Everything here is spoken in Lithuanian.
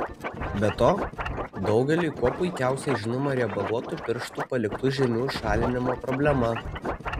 be to daugeliui kuo puikiausiai žinoma riebaluotų pirštų paliktų žymių šalinimo problema